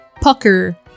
pucker